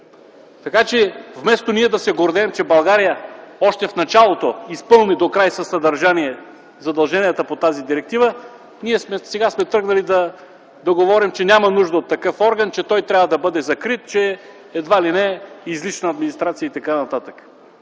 Така че, вместо ние да се гордеем, че България още в началото изпълни докрай със съдържание задълженията по тази директива, ние сега сме тръгнали да говорим, че няма нужда от такъв орган, че той трябва да бъде закрит, че едва ли не е излишна администрация и т.н., а този